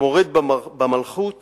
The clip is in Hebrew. מורד במלכות